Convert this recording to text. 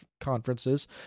conferences